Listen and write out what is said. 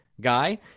guy